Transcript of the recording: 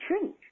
change